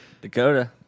Dakota